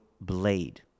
blade